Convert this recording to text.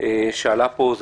שעלתה פה,